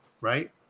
right